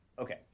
Okay